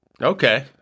Okay